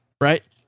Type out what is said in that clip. right